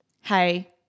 hey